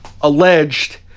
alleged